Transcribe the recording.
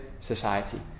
society